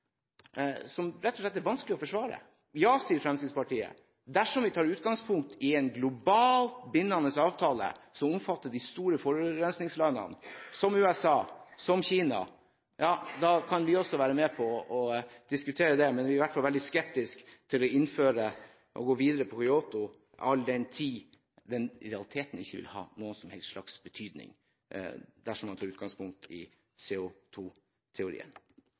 det rett og slett er vanskelig å forsvare. Dersom vi tar utgangspunkt i en globalt bindende avtale som omfatter de store forurensningslandene, som f.eks. USA og Kina, kan også Fremskrittspartiet være med på å diskutere det. Men vi er i hvert fall veldig skeptiske til å innføre og gå videre på Kyoto-avtalen, all den tid den i realiteten ikke vil ha noen som helst betydning dersom man tar utgangspunkt i